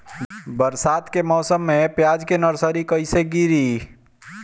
बरसात के मौसम में प्याज के नर्सरी कैसे गिरी?